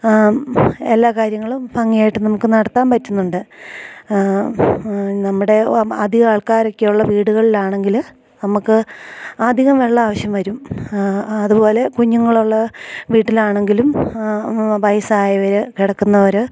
എല്ലാ കാര്യങ്ങളും ഭംഗിയായിട്ട് നമുക്ക് നടത്താൻ പറ്റുന്നുണ്ട് നമ്മുടെ അധിക ആൾക്കാരൊക്കെയുള്ള വീടുകളിലാണെങ്കില് നമുക്ക് അധികം വെള്ളം ആവശ്യം വരും അതുപോലെ കുഞ്ഞുങ്ങളുള്ള വീട്ടിലാണെങ്കിലും വയസായവര് കിടക്കുന്നവര്